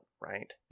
right